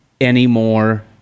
anymore